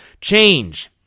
Change